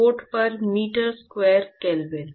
watt per metre square kelvin